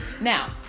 Now